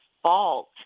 fault